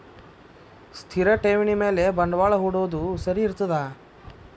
ಸ್ಥಿರ ಠೇವಣಿ ಮ್ಯಾಲೆ ಬಂಡವಾಳಾ ಹೂಡೋದು ಸರಿ ಇರ್ತದಾ?